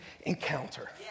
encounter